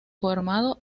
formado